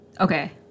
Okay